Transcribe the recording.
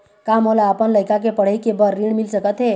का मोला अपन लइका के पढ़ई के बर ऋण मिल सकत हे?